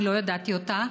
לא ידעתי אותה,